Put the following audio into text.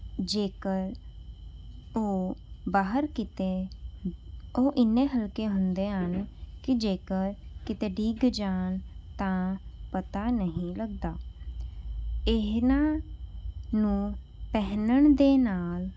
ਜੇਕਰ ਉਹ ਬਾਹਰ ਕਿਤੇ ਉਹ ਇੰਨੇ ਹਲਕੇ ਹੁੰਦੇ ਹਨ ਕਿ ਜੇਕਰ ਕਿਤੇ ਡਿੱਗ ਜਾਣ ਤਾਂ ਪਤਾ ਨਹੀਂ ਲੱਗਦਾ ਇਹਨਾਂ ਨੂੰ ਪਹਿਨਣ ਦੇ ਨਾਲ਼